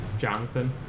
Jonathan